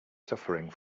suffering